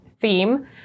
theme